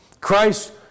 Christ